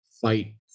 fight